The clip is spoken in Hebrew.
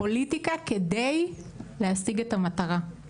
פוליטיקה כדי להשיג את המטרה,